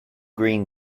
green